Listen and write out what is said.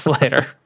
later